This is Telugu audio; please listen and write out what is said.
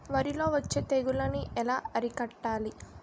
వరిలో వచ్చే తెగులని ఏలా అరికట్టాలి?